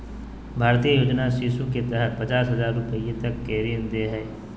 भारतीय योजना शिशु के तहत पचास हजार रूपया तक के ऋण दे हइ